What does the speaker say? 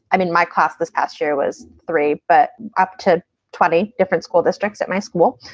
i'm in my class. this past year was three. but up to twenty different school districts at my school.